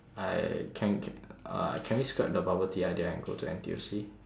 I can c~ uh can we scrap the bubble tea idea and go to N_T_U_C